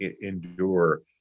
endure